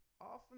often